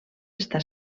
està